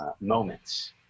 moments